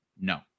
No